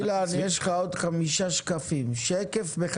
אילן, יש לך 5 שקפים, תרוץ.